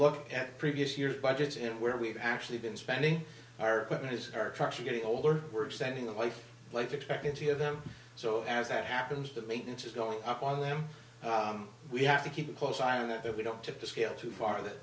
look at previous year's budgets and where we've actually been spending our equipment is our cars are getting older we're sending a life life expectancy of them so as that happens the maintenance is going up on them we have to keep a close eye on that that we don't tip the scale too far that